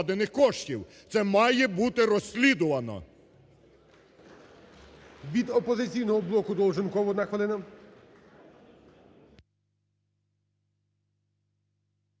все має бути розслідувано,